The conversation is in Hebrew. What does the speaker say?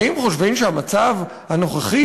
האם חושבים שהמצב הנוכחי,